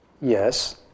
Yes